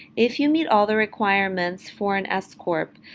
if you meet all the requirements for an ah s-corp,